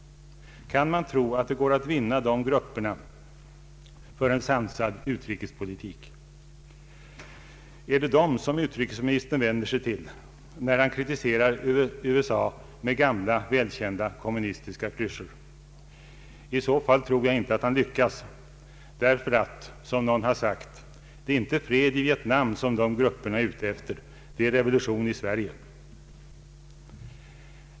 Kan man tro att det går att vinna de grupperna för en sansad utrikespolitik? Är det dessa grupper som utrikesminisern vänder sig till, när han kritiserar USA med gamla välkända kommunistiska klyschor? I så fall tror jag inte att han lyckas, därför att — som någon har sagt — det är inte fred i Vietnam de grupperna är ute efter, det är revolution i Sverige.